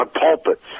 pulpits